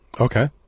Okay